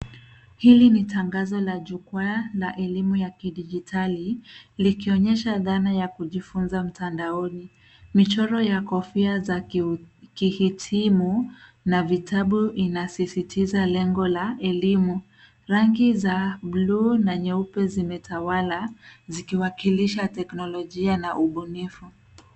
Hili ni tangazo la jukwaa na elimu ya kidijitali, likionyesha dhana ya kujifunza mtandaoni. Michoro ya kofia za kihitimu na vitabu inasisitiza lengo la elimu. Rangi za buluu na nyeupe zimetawala zikiwakilisha teknolojia na ubunifu.